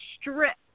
strip